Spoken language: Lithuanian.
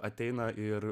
ateina ir